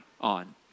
on